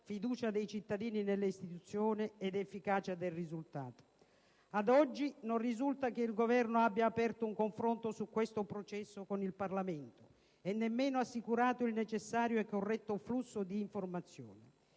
fiducia dei cittadini nelle istituzioni ed efficacia del risultato. Ad oggi, non risulta che il Governo abbia aperto un confronto su questo processo con il Parlamento e nemmeno assicurato il necessario e corretto flusso di informazione.